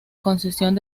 concesión